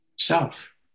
Self